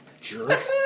Jerk